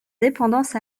dépendance